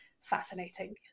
fascinating